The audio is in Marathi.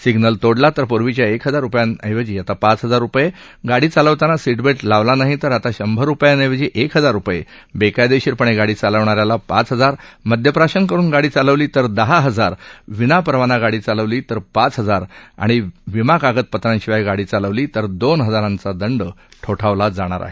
सिग्नल तोडला तर पूर्वीच्या एक हजार रुपयांऐवजी पाच हजार रुपये गाडी चालवताना सी बेली लावला नाही तर आता शंभर रुपयांऐवजी एक हजार रुपये बेकायदेशीरपणे गाडी चालवणा याला पाच हजार मद्यप्राशन करून गाडी चालवली तर दहा हजार विनापरवाना गाडी चालवली तर पाच हजार तसंच विमा कागदपत्रांशिवाय गाडी चालवली तर दोन हजाराचा दंड ठोठावला जाणार आहे